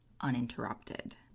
uninterrupted